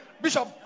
Bishop